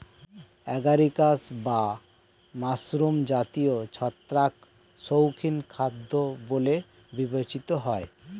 agaricus বা mushroom জাতীয় ছত্রাক শৌখিন খাদ্য বলে বিবেচিত হয়